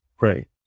right